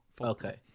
Okay